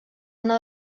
una